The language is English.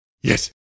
Yes